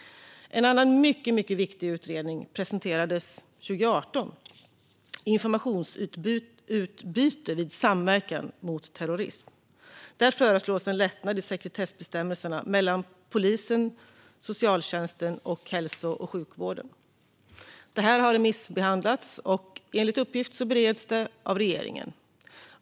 En annan mycket viktig utredning presenterades 2018, Informationsutbyte vid samverkan mot terrorism . Där föreslås en lättnad i sekretessbestämmelserna mellan polisen, socialtjänsten och hälso och sjukvården. Utredningen har remissbehandlats och bereds enligt uppgift av regeringen.